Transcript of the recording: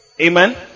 Amen